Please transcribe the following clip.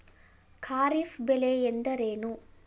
ಖಾರಿಫ್ ಬೆಳೆ ಎಂದರೇನು?